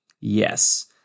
Yes